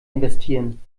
investieren